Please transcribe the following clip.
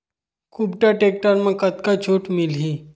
कुबटा टेक्टर म कतका छूट मिलही?